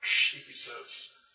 Jesus